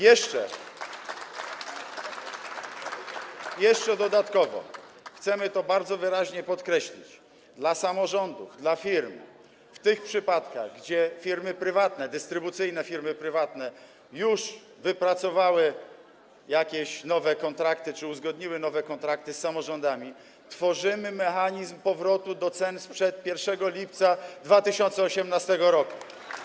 Jeszcze dodatkowo, chcemy to bardzo wyraźnie podkreślić, dla samorządów, dla firm w tych przypadkach, gdzie firmy prywatne, dystrybucyjne firmy prywatne już wypracowały jakieś nowe kontrakty czy uzgodniły nowe kontrakty z samorządami, tworzymy mechanizm powrotu do cen sprzed 1 lipca 2018 r.